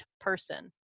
person